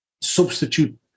substitute